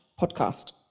podcast